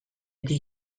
beti